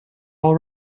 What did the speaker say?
all